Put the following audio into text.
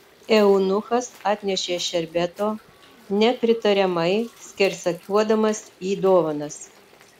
eunuchas atnešė šerbeto nepritariamai skersakiuodamas į dovanas